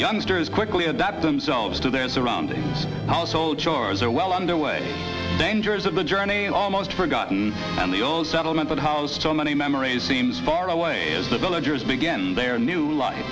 youngsters quickly adapt themselves to their surroundings household chores are well underway dangers of the journey almost forgotten and the old settlement of how so many memories seems far away as the villagers begin their new life